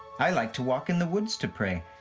i like to walk in the woods to pray.